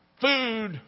food